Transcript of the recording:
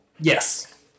Yes